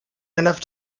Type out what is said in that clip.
enough